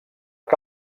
que